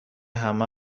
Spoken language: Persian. همه